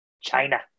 China